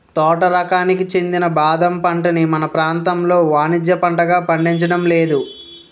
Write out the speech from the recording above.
తోట రకానికి చెందిన బాదం పంటని మన ప్రాంతంలో వానిజ్య పంటగా పండించడం లేదు